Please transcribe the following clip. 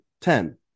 Ten